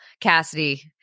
Cassidy